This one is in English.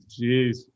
Jeez